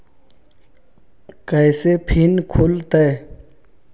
कैसे फिन खुल तय?